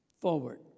forward